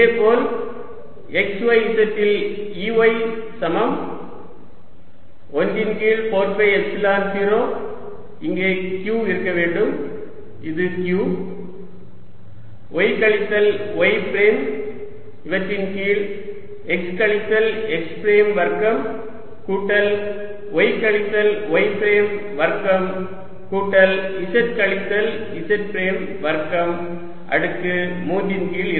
இதேபோல் x y z இல் Ey சமம் 1 ன் கீழ் 4 பை எப்சிலான் 0 இங்கே q இருக்க வேண்டும் இது q y கழித்தல் y பிரைம் இவற்றின் கீழ் x கழித்தல் x பிரைம் வர்க்கம் கூட்டல் y கழித்தல் y பிரைம் வர்க்கம் கூட்டல் z கழித்தல் z பிரைம் வர்க்கம் அடுக்கு 3 ன் கீழ் 2